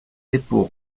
dépôt